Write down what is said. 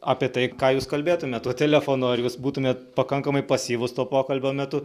apie tai ką jūs kalbėtumėt tuo telefonu ar jūs būtumėt pakankamai pasyvus to pokalbio metu